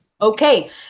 Okay